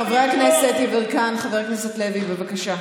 חבר הכנסת יברקן, חבר הכנסת לוי, בבקשה,